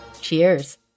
cheers